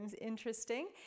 interesting